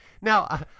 now